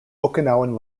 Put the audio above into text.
okinawan